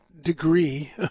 degree